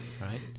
right